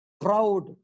Proud